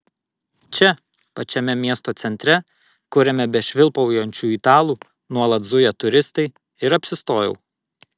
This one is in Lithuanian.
čia pačiame miesto centre kuriame be švilpaujančių italų nuolat zuja turistai ir apsistojau